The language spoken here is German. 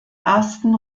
ersten